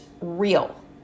real